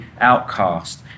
outcast